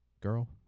girl